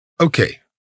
Okay